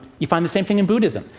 you find the same thing in buddhism.